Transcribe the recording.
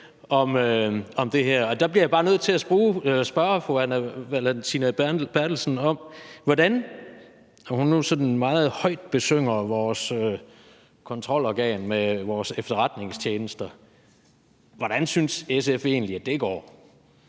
Berthelsen, når hun nu sådan meget højt besynger vores kontrolorgan med vores efterretningstjenester: Hvordan synes SF egentlig det går?